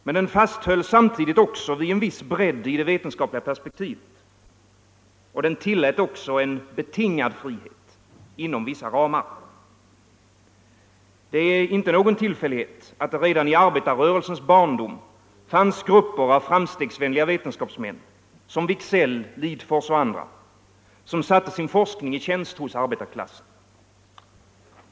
Men den fasthöll samtidigt vid en viss bredd i det veten skapliga perspektivet. Den tillät också en betingad frihet inom vissa ramar. Det är inte någon tillfällighet att det redan i arbetarrörelsens barndom fanns grupper av framstegsvänliga vetenskapsmän som Wicksell, Lidforss och andra som satte sin forskning i tjänst hos arbetarklassen.